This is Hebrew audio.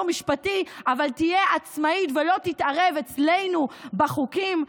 משפטי אבל תהיה עצמאית ולא תתערב אצלנו בחוקים.